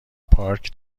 پارک